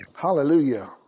Hallelujah